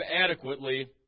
adequately